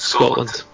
Scotland